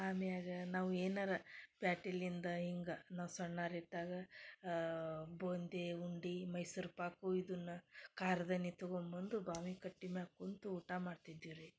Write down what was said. ಆಮ್ಯಾಲ ನಾವು ಏನಾರೂ ಪ್ಯಾಟಿಲಿಂದ ಹಿಂಗ ನಾವು ಸಣ್ಣೋರಿದ್ದಾಗ ಬೂಂದಿ ಉಂಡೆ ಮೈಸೂರು ಪಾಕು ಇದನ್ನು ಕಾರದನಿ ತೊಗೊಬಂದು ಬಾವಿ ಕಟ್ಟೆ ಮ್ಯಾಲ್ ಕುಂತು ಊಟ ಮಾಡ್ತಿದ್ವಿ ರೀ